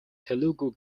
telugu